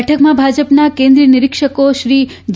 બેઠકમાં ભાજપના કેન્દ્રિય નિરીક્ષકો શ્રી જે